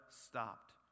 stopped